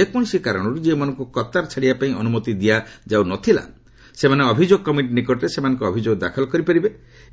ଯେକୌଣସି କାରଣରୁ ଯେଉଁମାନଙ୍କୁ କତାର ଛାଡ଼ିବା ପାଇଁ ଅନୁମତି ଦିଆଯାଉ ନ ଥିଲା ସେମାନେ ଅଭିଯୋଗ କମିଟି ନିକଟରେ ସେମାନଙ୍କ ଅଭିଯୋଗ ଦାଖଲ କରିପାରିବେ